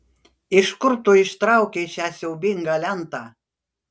iš kur tu ištraukei šią siaubingą lentą